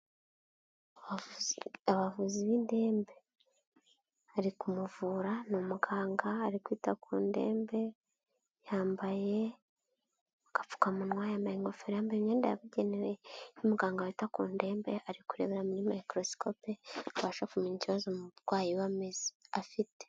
Abavuzi b'indembe ari kumuvura ni umuganga ari kwita ku ndembe, yambaye agapfukamunwa, yambaye ingofero, yambaye imyenda yabugenewe y'umuganga wita ku ndembe, ari kurebera muri mayikorosikopi, abasha kumenya ikibazo umurwayi we ameze afite.